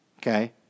okay